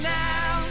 now